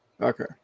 Okay